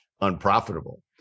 unprofitable